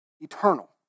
eternal